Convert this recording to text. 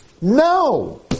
No